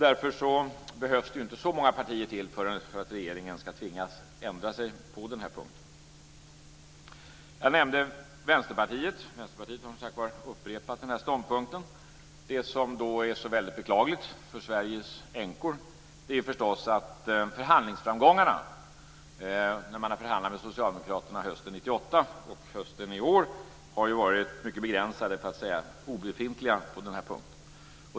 Därför behövs det inte så många partier till för att regeringen ska tvingas ändra sig på den här punkten. Jag nämnde Vänsterpartiet. Vänsterpartiet har som sagt var upprepat den här ståndpunkten. Det som är så väldigt beklagligt för Sveriges änkor är förstås att förhandlingsframgångarna när man förhandlade med Socialdemokraterna hösten 1998 och hösten i år har varit mycket begränsade för att inte säga obefintliga på den här punkten.